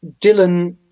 Dylan